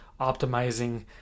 optimizing